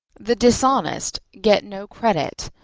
the dishonest get no credit,